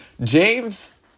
James